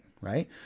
right